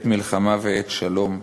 עת מלחמה ועת שלום,